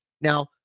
Now